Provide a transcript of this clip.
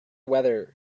weather